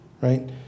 right